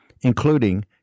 including